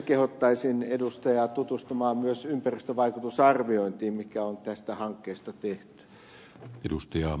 kehottaisin edustajaa tutustumaan myös ympäristövaikutusarviointiin mikä on tästä hankkeesta tehty